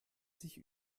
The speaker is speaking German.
sich